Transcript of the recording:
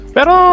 Pero